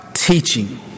teaching